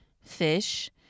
fish